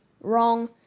Wrong